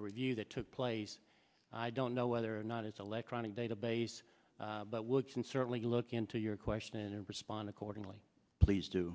the review that took place i don't know whether or not it's electronic database but we'll can certainly look into your question and respond accordingly please do